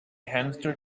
hamster